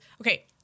okay